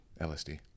lsd